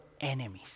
enemies